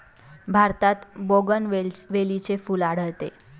भारतात बोगनवेलीचे फूल आढळते